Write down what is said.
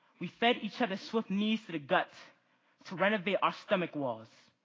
we fed each other swift knees to the gut to renovate our stomach woes.